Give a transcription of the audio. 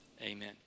Amen